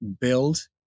build